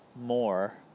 more